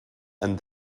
and